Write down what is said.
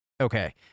Okay